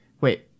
Wait